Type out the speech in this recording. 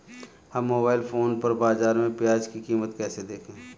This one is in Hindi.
हम मोबाइल फोन पर बाज़ार में प्याज़ की कीमत कैसे देखें?